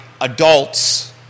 adults